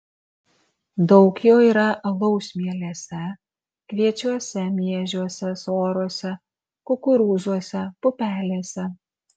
daug jo yra alaus mielėse kviečiuose miežiuose sorose kukurūzuose pupelėse